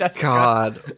God